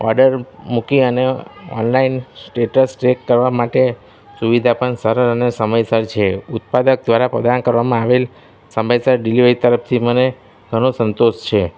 order મૂકી અને online status check કરવા માટે સુવિધા પણ સરળ અને સમયસર છે ઉત્પાદક દ્વારા પ્રદાન કરવામાં આવેલ સમયસર ડિલેવરી તરફથી મને ઘણો સંતોષ છે